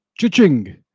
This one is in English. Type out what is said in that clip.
Chiching